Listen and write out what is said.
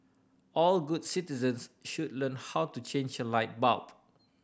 all good citizens should learn how to change a light bulb